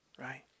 right